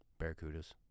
Barracudas